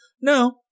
No